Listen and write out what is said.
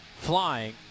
flying